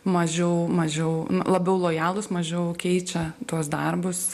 mažiau mažiau labiau lojalūs mažiau keičia tuos darbus